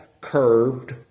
curved